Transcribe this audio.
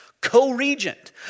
co-regent